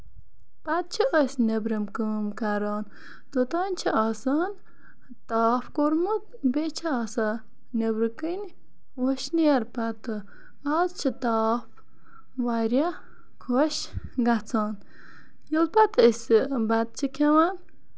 پَتہٕ چھُ أسۍ نیٚبرِم کٲم کران توتام چھِ آسان تاپھ کوٚرمُت بیٚیہِ چھِ آسان نیبرٕکَنۍ وٕشنیر پَتہٕ آز چھُ تاپھہ واریاہ خۄش گژھان ییٚلہِ پَتہٕ أسۍ بَتہٕ چھِ کھٮ۪وان